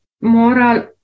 moral